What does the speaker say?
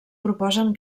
proposen